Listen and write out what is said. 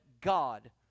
God